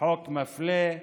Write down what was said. חוק מפלה,